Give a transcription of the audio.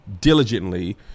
diligently